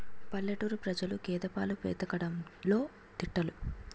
పల్లెటూరు ప్రజలు గేదె పాలు పితకడంలో దిట్టలు